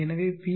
எனவே பி